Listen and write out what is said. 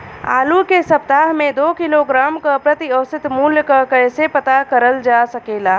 आलू के सप्ताह में दो किलोग्राम क प्रति औसत मूल्य क कैसे पता करल जा सकेला?